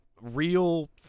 Real